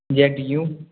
J D U